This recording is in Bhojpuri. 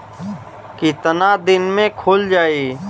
कितना दिन में खुल जाई?